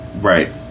right